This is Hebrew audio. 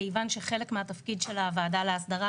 כיוון שחלק מהתפקיד של הוועדה להסדרה